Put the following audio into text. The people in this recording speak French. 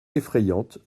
effrayante